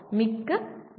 மிக்க நன்றி